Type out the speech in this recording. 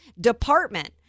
department